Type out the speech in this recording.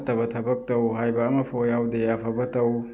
ꯐꯠꯇꯕ ꯊꯕꯛ ꯇꯧ ꯍꯥꯏꯕ ꯑꯃꯐꯥꯎ ꯌꯥꯎꯗꯦ ꯑꯐꯕ ꯇꯧ